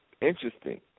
Interesting